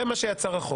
זה מה שיצר החוק.